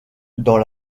dans